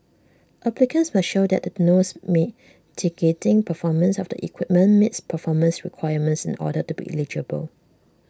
applicants must show that the nose mitigating performance of the equipment meets performance requirements in order to be eligible